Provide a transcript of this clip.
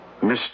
Mr